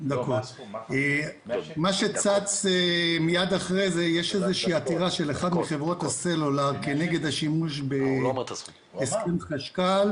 כן הגישו עתירה של אחת מחברות הסלולר כנגד השימוש בהסכם חשכ"ל.